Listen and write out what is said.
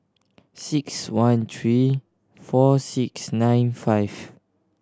six one three four six nine five